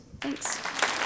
thanks